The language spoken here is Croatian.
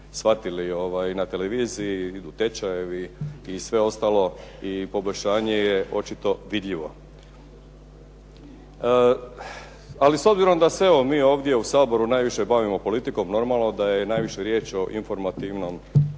shvatili na televiziji, tečajevi i sve ostalo i poboljšanje je očito vidljivo. Ali s obzirom da se mi ovdje u Saboru najviše bavimo politikom, normalno da je najviše riječ o informativnom